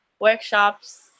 workshops